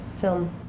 film